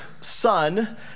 son